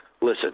listen